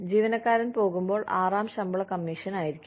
ജീവനക്കാരൻ പോകുമ്പോൾ ആറാം ശമ്പള കമ്മീഷൻ ആയിരിക്കാം